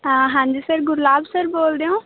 ਹਾਂ ਹਾਂਜੀ sir Gurlal sir ਬੋਲਦੇ ਹੋ